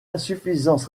insuffisance